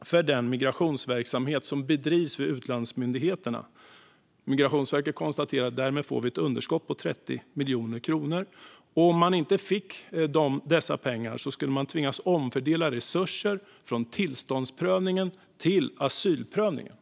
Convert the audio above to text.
för den migrationsverksamhet som bedrivs vid utlandsmyndigheterna. Migrationsverket konstaterade att man därmed fick ett underskott på 30 miljoner kronor och att man, om man inte fick dessa pengar, skulle tvingas att omfördela resurser från tillståndsprövningen till asylprövningen.